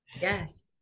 yes